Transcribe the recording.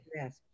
yes